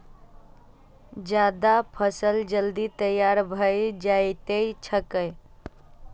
जायद फसल जल्दी तैयार भए जाएत छैक